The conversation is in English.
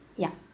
ya